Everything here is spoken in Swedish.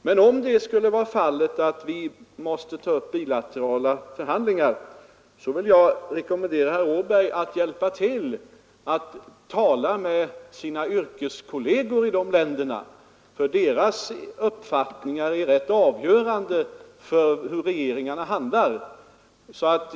Men om det skulle bli fallet att vi måste ta upp bilaterala förhandlingar vill jag rekommendera herr Åberg att tala med sina kolleger i de aktuella länderna. Deras uppfattningar är nämligen rätt avgörande för hur regeringarna handlar.